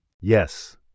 Yes